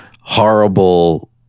horrible